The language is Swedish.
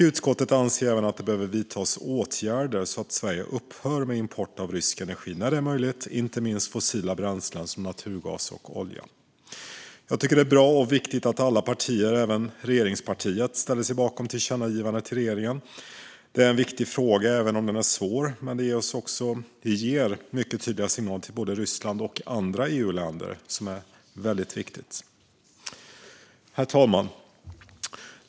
Utskottet anser även att det behöver vidtas åtgärder så att Sverige upphör med import av rysk energi när det är möjligt, inte minst fossila bränslen som naturgas och olja. Jag tycker att det är bra och viktigt att alla partier, även regeringspartiet, ställer sig bakom tillkännagivandet till regeringen. Detta är en viktig fråga, även om den är svår. Men det ger mycket tydliga signaler till både Ryssland och andra EU-länder. Herr talman!